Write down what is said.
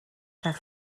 rhag